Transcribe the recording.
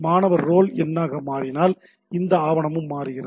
மாணவர் ரோல் எண் மாறினால்இந்த ஆவணமும் மாறுகிறது